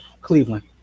Cleveland